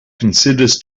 considers